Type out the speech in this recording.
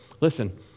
listen